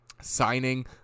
signing